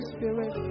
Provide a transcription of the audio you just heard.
Spirit